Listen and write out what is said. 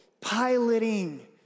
piloting